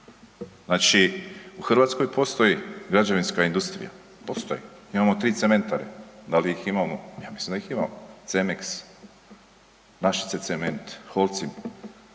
Znači u Hrvatskoj postoji građevinska industrija, postoji, imamo 3 cementare. Da li ih imamo? Ja mislim da ih imamo. Cemex, Našice cement, Holcim.